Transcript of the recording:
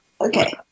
Okay